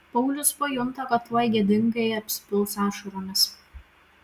paulius pajunta kad tuoj gėdingai apsipils ašaromis